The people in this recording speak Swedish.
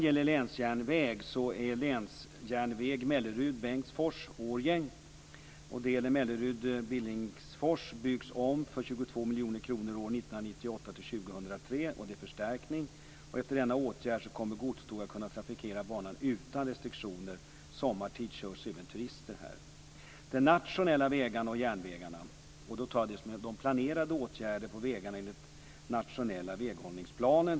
miljoner kronor år 1998-2003, och det handlar om förstärkning. Och efter denna åtgärd kommer godståg att kunna trafikera banan utan restriktioner. Sommartid körs även turister här. De nationella vägarna och järnvägar, och då skall jag nämna planerade åtgärder på vägarna enligt nationella väghållningsplanen.